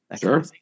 Sure